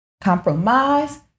Compromise